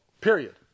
Period